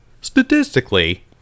Statistically